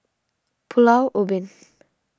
Pulau Ubin